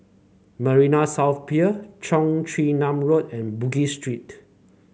Marina South Pier Cheong Chin Nam Road and Bugis Street